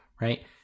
right